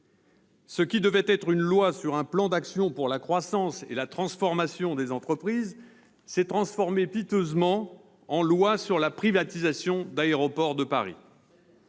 Ce qui devait être une loi sur un plan d'action pour la croissance et la transformation des entreprises s'est piteusement transformé en loi sur la privatisation d'Aéroports de Paris